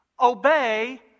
obey